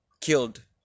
killed